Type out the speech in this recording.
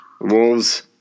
Wolves